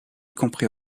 compris